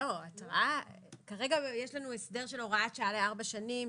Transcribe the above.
כרגע יש לנו הסדר של הוראת שעה לארבע שנים,